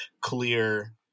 clear